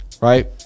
Right